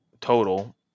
total